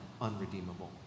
unredeemable